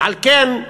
ועל כן,